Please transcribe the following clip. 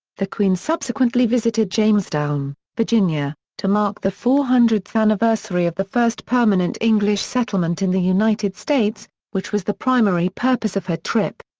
the queen subsequently visited jamestown, virginia, to mark the four hundredth anniversary of the first permanent english settlement in the united states, which was the primary purpose of her trip.